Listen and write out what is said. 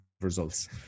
results